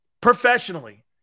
professionally